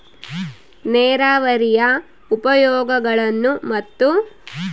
ನೇರಾವರಿಯ ಉಪಯೋಗಗಳನ್ನು ಮತ್ತು?